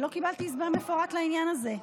לא קיבלתי הסבר מפורט על העניין הזה.